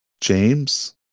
James